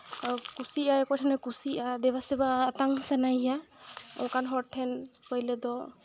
ᱠᱩᱥᱤᱭᱟᱜ ᱚᱠᱚᱭ ᱴᱷᱮᱱᱮ ᱠᱩᱥᱤᱭᱟᱜᱼᱟ ᱫᱮᱵᱟᱼᱥᱮᱵᱟ ᱟᱛᱟᱝ ᱥᱟᱱᱟᱭᱮᱭᱟ ᱚᱱᱠᱟᱱ ᱦᱚᱲ ᱴᱷᱮᱱ ᱯᱳᱭᱞᱳ ᱫᱚ